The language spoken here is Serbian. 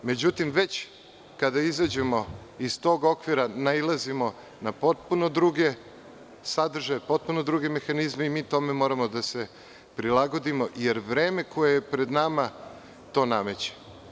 Međutim, već kada izađemo iz tog okvira nailazimo na potpuno druge sadržaje, potpuno druge mehanizme i mi tome moramo da se prilagodimo jer vreme koje je pred nama to nameće.